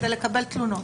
כדי לקבל תלונות,